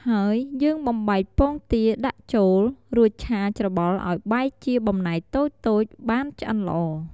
ហើយយើងបំបែកពងទាដាក់ចូល រួចឆាច្របល់ឱ្យបែកជាបំណែកតូចៗ បានឆ្អិនល្អ។